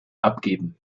abgeben